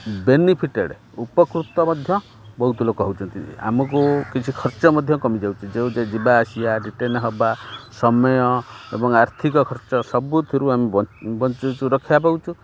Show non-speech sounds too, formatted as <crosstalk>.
benefited ଉପକୃତ ମଧ୍ୟ ବହୁତ ଲୋକ ହେଉଛନ୍ତି ଆମକୁ କିଛି ଖର୍ଚ୍ଚ ମଧ୍ୟ କମିଯାଉଛି ଯେଉଁ ଯିବା ଆସିବା ରିଟେନ୍ ହେବା ସମୟ ଏବଂ ଆର୍ଥିକ ଖର୍ଚ୍ଚ ସବୁଥିରୁ ଆମେ ବଞ୍ଚୁଚୁ ରକ୍ଷା ପାଉଛୁ <unintelligible>